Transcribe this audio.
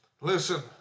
Listen